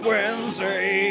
Wednesday